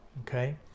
okay